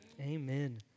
Amen